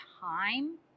time